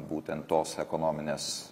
būtent tos ekonominės